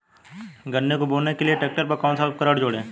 गन्ने को बोने के लिये ट्रैक्टर पर कौन सा उपकरण जोड़ें?